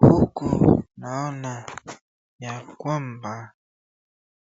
Huku naona yakwamba